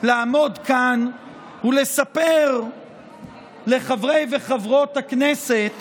לעמוד כאן ולספר לחברי ולחברות הכנסת